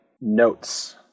notes